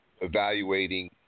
evaluating